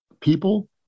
people